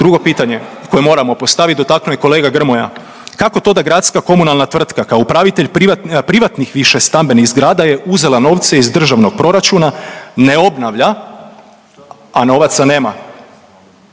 Drugo pitanje koje moramo postavit dotaknu je kolega Grmoja, kako to da gradska komunalna tvrtka kao upravitelj privatnih višestambenih zgrada je uzela novce iz državnog proračuna, ne obnavlja, a novaca nema?